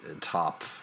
top